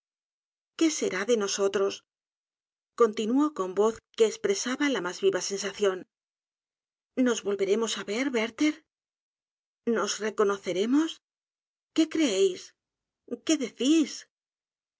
qué será de nosotros continuó con voz que espresaba la mas viva sensación nos volveremos á ver werther nos reconoceremos qué creéis qué decis